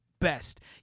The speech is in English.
Best